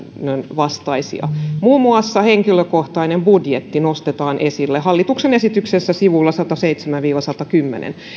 vastaisia muun muassa henkilökohtainen budjetti nostetaan esille hallituksen esityksessä sivuilla sataseitsemän viiva satakymmentä